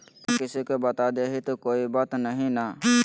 पिनमा किसी को बता देई तो कोइ बात नहि ना?